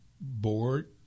board